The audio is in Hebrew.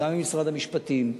עם משרד המשפטים,